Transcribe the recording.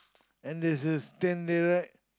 and there's a stand there right